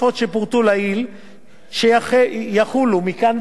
שיחולו מכאן ואילך, תהיה זכאות,